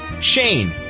Shane